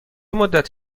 مدت